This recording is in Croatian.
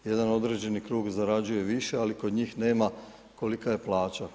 Jedna određen krug zarađuje više ali kod njima kolika je plaća.